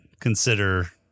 consider